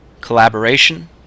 collaboration